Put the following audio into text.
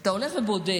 כשאתה הולך ובודק